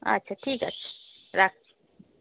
আচ্ছা ঠিক আছে রাখছি